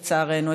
לצערנו.